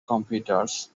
computers